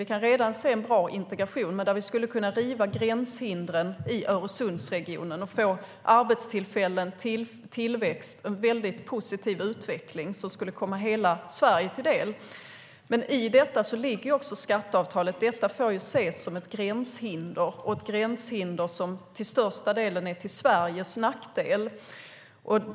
Vi kan redan se en bra integration, men vi skulle kunna riva gränshindren i Öresundsregionen och få arbetstillfällen, tillväxt och en positiv utveckling som skulle komma hela Sverige till del. I detta ligger också skatteavtalet. Det får ses som ett gränshinder, och ett gränshinder som till största delen är till Sveriges nackdel.